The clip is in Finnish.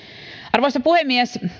arvoisa puhemies